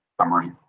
summary